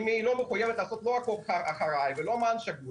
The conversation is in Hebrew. א היא לא מחויבת לעשות עקוב אחרי ולא מען שגוי,